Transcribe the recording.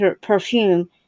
perfume